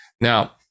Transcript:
Now